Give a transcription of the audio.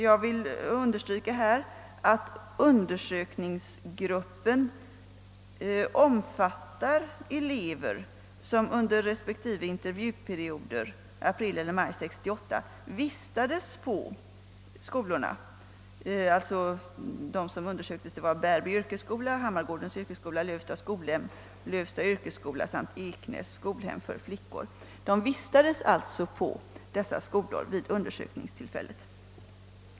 Jag vill understryka att undersökningsgruppen omfattar elever som under respektive intervjuperiod — april eller maj 1968 — vistades på skolorna, d. v. s. Bärby yrkesskola, Hammargårdens yr kesskola, Lövsta skolhem, Lövsta yrkesskola och Eknäs skolhem för flickor.